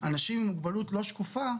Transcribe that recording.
שאנשים עם מוגבלות לא שקופה,